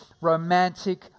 Romantic